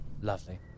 Lovely